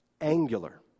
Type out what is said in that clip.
angular